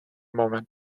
moment